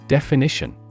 Definition